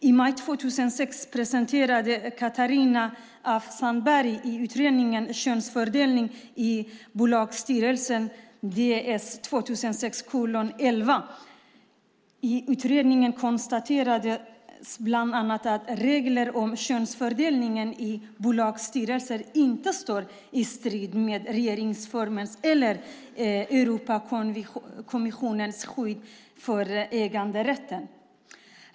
I maj 2006 presenterade Catarina af Sandeberg utredningen Könsfördelning i bolagsstyrelser , Ds 2006:11. I utredningen konstaterades bland annat att regler om könsfördelning i bolagsstyrelser inte står i strid med regeringsformens eller Europakonventionens skydd för äganderätten.